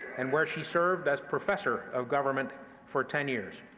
and where she served as professor of government for ten years.